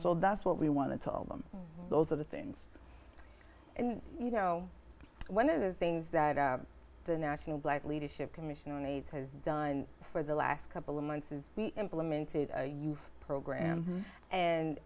so that's what we want to tell them those are the things you know one of the things that the national black leadership commission on aids has done for the last couple of months is we implemented you program and